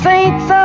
Saints